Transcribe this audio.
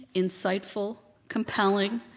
insightful, compelling,